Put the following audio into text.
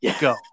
go